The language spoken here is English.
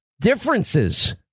differences